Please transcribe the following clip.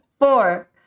four